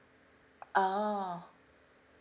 ah